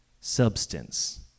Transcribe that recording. substance